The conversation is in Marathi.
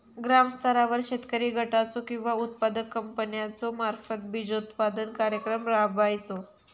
ग्रामस्तरावर शेतकरी गटाचो किंवा उत्पादक कंपन्याचो मार्फत बिजोत्पादन कार्यक्रम राबायचो?